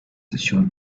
should